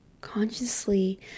Consciously